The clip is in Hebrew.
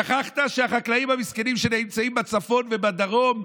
שכחת שהחקלאים המסכנים שנמצאים בצפון ובדרום,